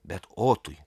bet otui